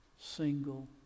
single